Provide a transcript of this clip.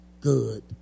good